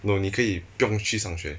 no 你可以不用去上学